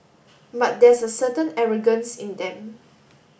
but there's a certain arrogance in them